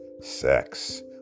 sex